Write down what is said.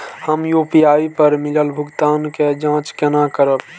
हम यू.पी.आई पर मिलल भुगतान के जाँच केना करब?